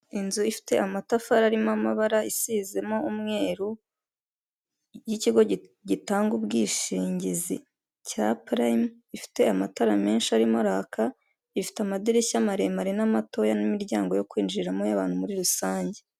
Tagisi vuwatire yo mu bwoko bwa yego kabusi ushobora guhamagara iriya nimero icyenda rimwe icyenda rimwe ikaza ikagutwara aho waba uherereye hose kandi batanga serivisi nziza n'icyombaziho .